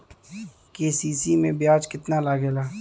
KCC में ब्याज कितना लागेला?